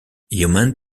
human